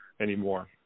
anymore